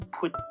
put